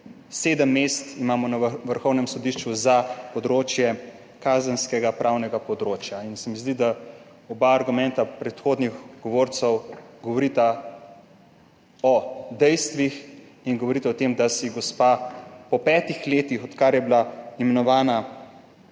sedem mest imamo na Vrhovnem sodišču za področje kazenskopravnega področja. Zdi se mi, da oba argumenta predhodnih govorcev govorita o dejstvih in govorita o tem, da si gospa po petih letih, odkar je bila imenovana